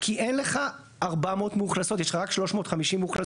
כי אין לך 400 מאוכלסות, יש לך רק 350 מאוכלסות.